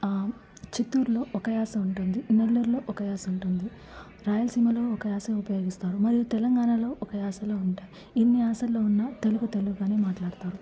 చిత్తూరులో ఒక యాస ఉంటుంది నెల్లూరులో ఒక యాస ఉంటుంది రాయలసీమలో ఒక యాస ఉపయోగిస్తారు మరియు తెలంగాణలో ఒక యాసలో ఉంటాయి ఎన్ని యాసల్లో ఉన్న తెలుగు తెలుగ్గానే మాట్లాడుతారు